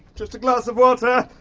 just a glass of water.